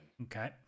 Okay